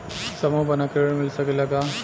समूह बना के ऋण मिल सकेला का?